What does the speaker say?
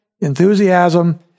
enthusiasm